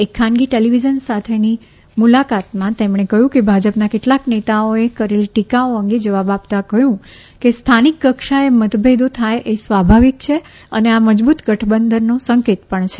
એક ખાનગી ટેલિવિઝન સાથેની મુલાકાતમાં તેમણે કહ્યું કે ભાજપના કેટલાક નેતાઓએ કરેલી ટીકાઓ અંગે જવાબ આપતા કહ્યું કે સ્થાનિક કક્ષાએ મતભેદો થાય એ સ્વાભાવિક છે અને આ મજબૂત ગઠબંધનનો સંકેત પણ છે